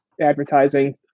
advertising